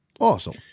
Awesome